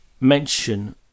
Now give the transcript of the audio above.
mention